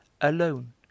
Alone